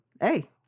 hey